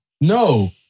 No